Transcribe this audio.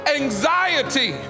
anxiety